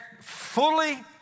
fully